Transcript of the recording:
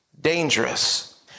Dangerous